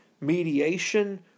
mediation